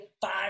five